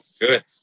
good